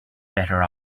better